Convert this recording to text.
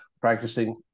practicing